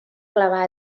clavar